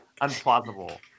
unplausible